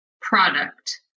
product